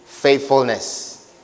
Faithfulness